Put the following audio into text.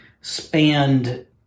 spanned